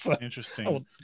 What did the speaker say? interesting